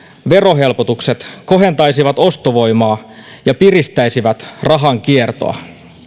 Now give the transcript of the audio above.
verohelpotukset kohentaisivat ostovoimaa ja piristäisivät rahan kiertoa